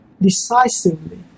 decisively